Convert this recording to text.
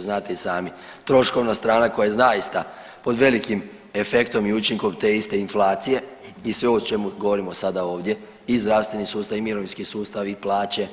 Znate i sami troškovna strana koja je zaista pod velikim efektom i učinkom te iste inflacije i sve ovo o čemu govorimo sada ovdje i zdravstveni sustav i mirovinski sustav i plaće